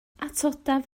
atodaf